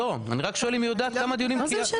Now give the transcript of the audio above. אני רק שואל אם היא יודעת כמה דיונים קיימנו?